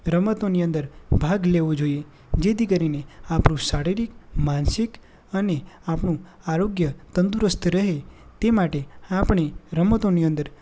રમતોની અંદર ભાગ લેવો જોઈએ જેથી કરીને આપણું શારીરિક માનસિક અને આપણું આરોગ્ય તંદુરસ્ત રહે તે માટે આપણે રમતોની અંદર